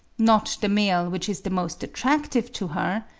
not the male which is the most attractive to her,